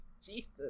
jesus